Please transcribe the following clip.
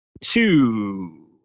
two